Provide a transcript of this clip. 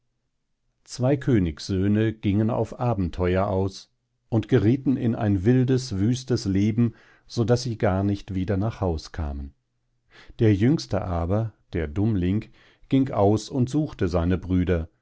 zwei königssöhne gingen auf abentheuer aus und geriethen in ein wildes wüstes leben so daß sie gar nicht wieder nach haus kamen der jüngste der dummling ging aus und suchte seine brüder